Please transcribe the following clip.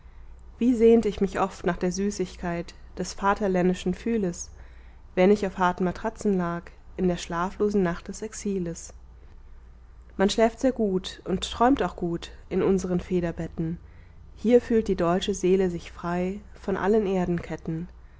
wie sehnt ich mich oft nach der süßigkeit des vaterländischen pfühles wenn ich auf harten matratzen lag in der schlaflosen nacht des exiles man schläft sehr gut und träumt auch gut in unseren federbetten hier fühlt die deutsche seele sich frei von allen erdenketten